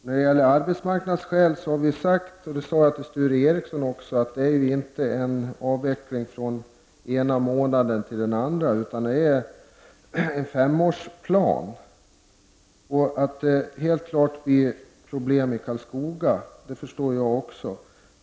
När det gäller arbetsmarknadskäl har vi sagt, och det sade jag också till Sture Ericson, att det ju inte är en avveckling från den ena månaden till den andra utan handlar om en 5-årsplan. Det är helt klart att det blir problem i Karlskoga. Det förstår jag också.